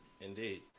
indeed